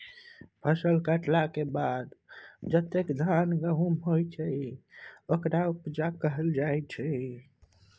फसल कटलाक बाद जतेक धान गहुम होइ छै ओकरा उपजा कहल जाइ छै